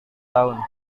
tahun